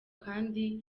kandi